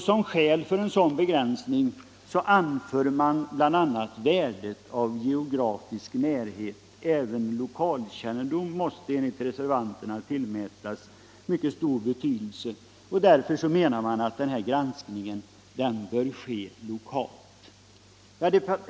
Som skäl anför de bl.a. värdet av geografisk närhet. Även lokalkännedom måste enligt reservanterna tillmätas stor betydelse. Därför menar man att granskningen bör ske lokalt.